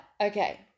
Okay